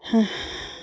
হাঁ